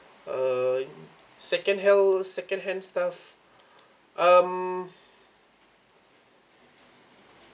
uh second held second-hand stuff um